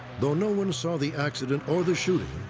though no one saw the accident or the shooting,